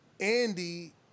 andy